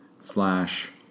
slash